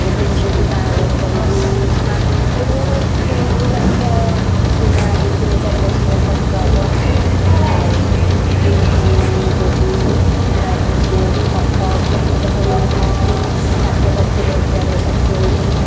ଗୋଟେ ଝିଅକୁ ବାହାଘର କରିବୁ ମାଆ ମିନିମମ୍ ତିନି ଲକ୍ଷ ସୁନା ଆଗେ ତିନି ଚାରି ଲକ୍ଷ ଟଙ୍କା ଖର୍ଚ୍ଚ ହେବ ଆଉ ଫ୍ରିଜ୍ ଦେବୁ ଗଡ଼ରେଜ୍ ଖଟ ଖଟଟା ତ ମିନିମମ୍ ଷାଠିଏ ସତୁରି ହଜାର ଖର୍ଚ୍ଚ ହେଉଛି